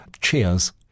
Cheers